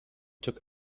took